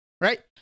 Right